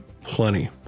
Plenty